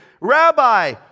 Rabbi